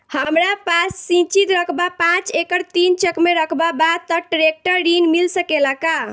हमरा पास सिंचित रकबा पांच एकड़ तीन चक में रकबा बा त ट्रेक्टर ऋण मिल सकेला का?